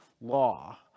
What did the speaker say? law